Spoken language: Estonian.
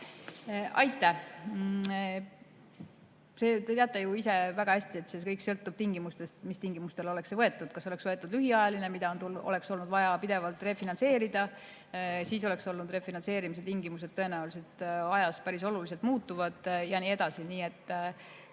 Aitäh! Te teate ise väga hästi, et kõik sõltub tingimustest, mis tingimustel oleks see laen võetud. Kas oleks võetud lühiajaline, mida oleks olnud vaja pidevalt refinantseerida, siis oleks refinantseerimise tingimused tõenäoliselt olnud ajas päris oluliselt muutuvad ja nii edasi.